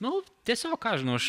nu tiesiog ką aš žinau aš